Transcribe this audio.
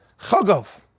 Chagov